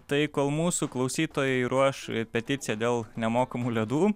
tai kol mūsų klausytojai ruoš peticiją dėl nemokamų ledų